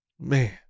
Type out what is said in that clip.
man